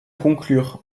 conclure